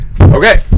Okay